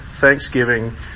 thanksgiving